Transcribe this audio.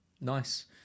Nice